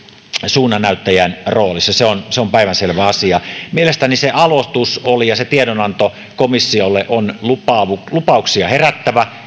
suunnannäyttäjän roolissa se on se on päivänselvä asia mielestäni se aloitus oli ja se tiedonanto komissiolle on lupauksia herättävä